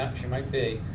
she might be.